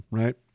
right